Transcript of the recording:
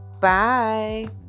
bye